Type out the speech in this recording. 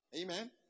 Amen